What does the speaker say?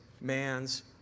man's